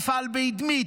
מפעל באדמית,